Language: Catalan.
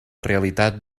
realitat